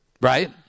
Right